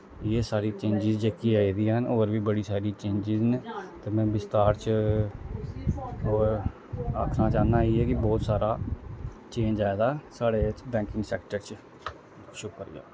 एह् सारी चेंजिस जेह्कियां आई दियां न होर बी बड़ी सारी चेंजिस न ते में बिस्तार च ओह् आक्खना चाह्न्नां इ'यै कि बौह्त सारा चेंज आए दा साढ़े एह्दे बैंकिग सैक्टर च